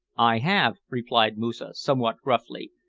i have, replied moosa, somewhat gruffly,